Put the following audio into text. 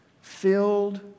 filled